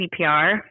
CPR